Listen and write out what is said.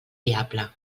diable